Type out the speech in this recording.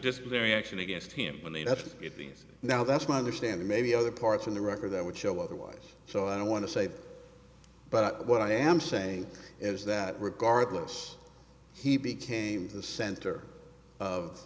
disciplinary action against him beatings now that's my understanding maybe other parts of the record that would show otherwise so i don't want to say but what i am saying is that regardless he became the center of